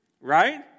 right